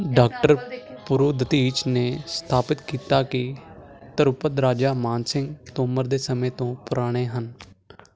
doctor Puru Dadhich ਨੇ ਸਥਾਪਿਤ ਕੀਤਾ ਕਿ ਧਰੁਪਦ ਰਾਜਾ ਮਾਨ ਸਿੰਘ ਤੋਮਰ ਦੇ ਸਮੇਂ ਤੋਂ ਪੁਰਾਣੇ ਹਨ